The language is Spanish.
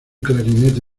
clarinete